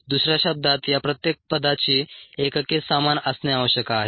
दुसऱ्या शब्दांत या प्रत्येक पदाची एकके समान असणे आवश्यक आहे